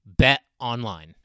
betonline